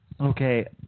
Okay